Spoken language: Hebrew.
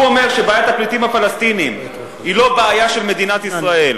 כשהוא אומר שבעיית הפליטים הפלסטינים היא לא בעיה של מדינת ישראל,